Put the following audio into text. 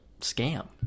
scam